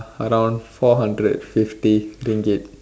around four hundred fifty Ringgit